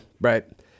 right